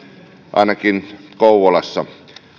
ainakin kouvolassa